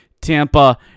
Tampa